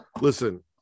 Listen